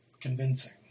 convincing